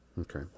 Okay